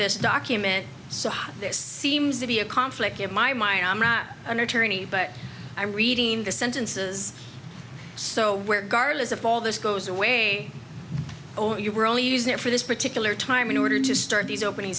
this document so this seems to be a conflict in my mind i'm not an attorney but i'm reading the sentences so where gardner is of all this goes away oh you were only use there for this particular time in order to start these opening